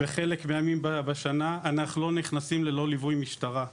מחלק מהימים בשנה אנחנו לא נכנסים ללא ליווי משטרה.